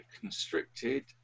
constricted